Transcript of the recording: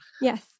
yes